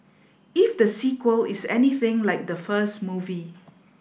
if the sequel is anything like the first movie